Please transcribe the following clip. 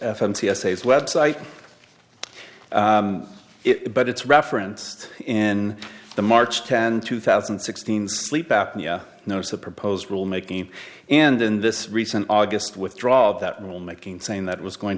f m t s a's website it but it's referenced in the march tenth two thousand and sixteen sleep apnea nossa proposed rule making and in this recent august withdraw that rule making saying that was going